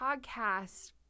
podcast